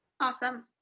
Awesome